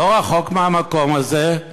לא רחוק מהמקום הזה,